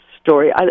story